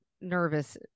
nervous